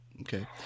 okay